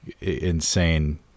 insane